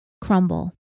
crumble